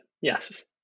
Yes